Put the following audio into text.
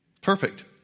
Perfect